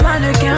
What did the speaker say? mannequin